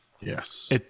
Yes